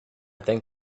think